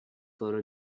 for